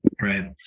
Right